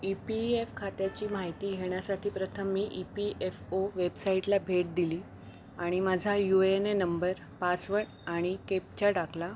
E P F खात्याची माहिती घेण्यासाठी प्रथम मी ई पी एफ ओ वेबसाईटला भेट दिली आणि माझा U A N A number password आणि केपचा टाकला